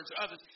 others